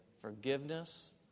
forgiveness